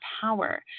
power